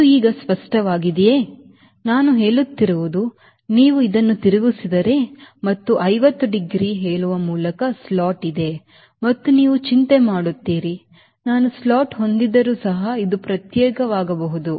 ಇದು ಈಗ ಸ್ಪಷ್ಟವಾಗಿದೆಯೇ ನಾನು ಹೇಳುತ್ತಿರುವುದು ನೀವು ಇದನ್ನು ತಿರುಗಿಸಿದರೆ ಮತ್ತು 50 ಡಿಗ್ರಿ ಹೇಳುವ ಮೂಲಕ ಸ್ಲಾಟ್ ಇದೆ ಮತ್ತು ನೀವು ಚಿಂತೆ ಮಾಡುತ್ತೀರಿ ನಾನು ಸ್ಲಾಟ್ ಹೊಂದಿದ್ದರೂ ಸಹ ಇದು ಪ್ರತ್ಯೇಕವಾಗಬಹುದು